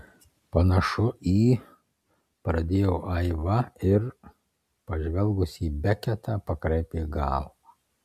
panašu į pradėjo aiva ir pažvelgusi į beketą pakraipė galvą